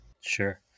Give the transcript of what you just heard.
Sure